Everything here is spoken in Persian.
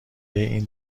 این